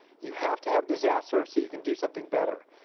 you have to have disaster so you can do something better.